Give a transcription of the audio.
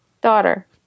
Daughter